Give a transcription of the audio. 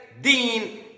Dean